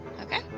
Okay